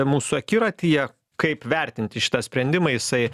mūsų akiratyje kaip vertinti šitą sprendimą jisai